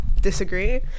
disagree